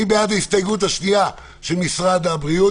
מי בעד ההסתייגות השנייה של משרד הבריאות?